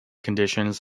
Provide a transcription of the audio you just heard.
conditions